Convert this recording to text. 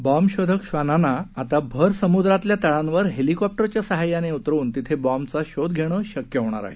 bomb शोधक श्वानांना आता भर समुद्रातल्या तळांवर हॅलिकॉप्टरच्या सहाय्याने उतरवून तिथे बॉम्बचा शोध घेणं शक्य होणार आहे